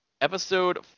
Episode